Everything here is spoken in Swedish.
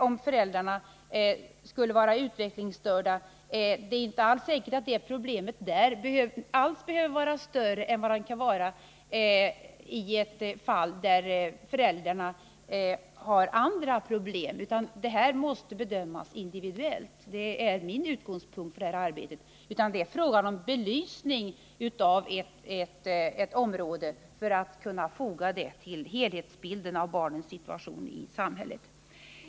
Om föräldrarna skulle vara utvecklingsstörda, är det inte alls säkert att det problemet behöver vara större än vad problemet kan vara i ett fall där föräldrarna har andra svårigheter. Här måste man alltså göra en individuell bedömning — det är min utgångspunkt för detta arbete. Det är fråga om belysning av ett område för att kunna foga resultatet till helhetsbilden av barnens situation i samhället.